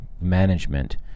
management